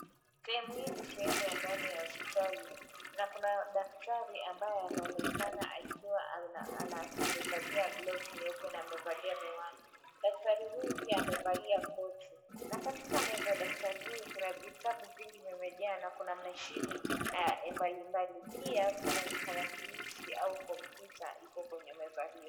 Sehemu hii ni sehemu ya ndani ya hospitali na kuna daktari ambaye anaonekana akiwa amevalia gloves nyeupe na amevalia miwani. Daktari huyu pia amevalia koti na katika meza daktari huyu kuna vitabu vingi vimejaa na kuna mashine mbali mbali, pia kuna tarakilishi au kompyuta iko kwenye meza hiyo.